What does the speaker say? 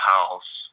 House